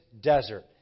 desert